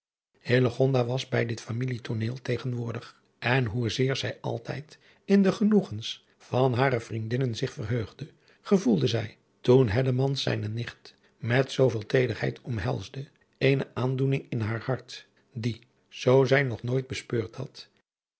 was bij dit familietooneel tegenwoordig en hoe zeer zij altijd in de genoegens van hare vrienden zich verheugde gevoelde zij toen hellemans zijne nicht met zooveel teederheid omhelsde eene aandoening in haar hart die zij nog nooit bespeurd had